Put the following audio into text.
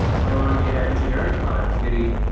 so around data engineering productivity,